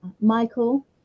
Michael